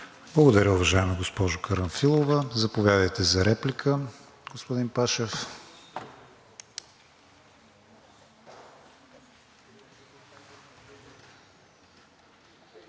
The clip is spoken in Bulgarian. Благодаря, уважаема госпожо Карамфилова. Заповядайте за реплика, господин Пашев.